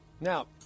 Now